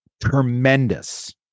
tremendous